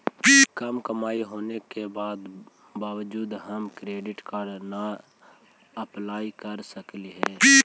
कम कमाई होने के बाबजूद हम क्रेडिट कार्ड ला अप्लाई कर सकली हे?